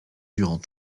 durant